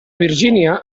virgínia